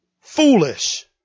Foolish